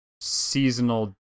seasonal